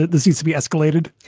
this needs to be escalated